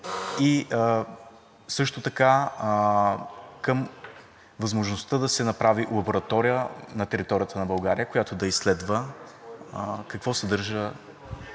И също така към възможността да се направи лаборатория на територията на България, която да изследва какво съдържа